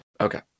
Okay